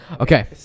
okay